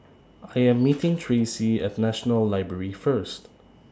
I Am meeting Tracee At National Library First